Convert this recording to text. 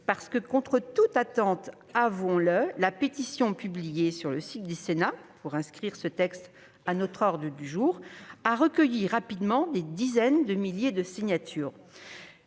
effet, contre toute attente, avouons-le, la pétition publiée sur le site du Sénat pour inscrire ce texte à notre ordre du jour a recueilli rapidement des dizaines de milliers de signatures.